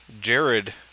Jared